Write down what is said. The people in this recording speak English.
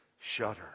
shudder